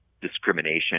discrimination